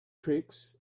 tricks